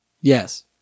Yes